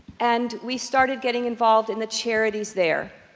and we started getting involved in the charities there.